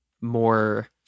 more –